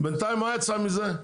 בינתיים מה יצא מזה?